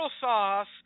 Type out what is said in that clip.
sauce